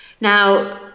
Now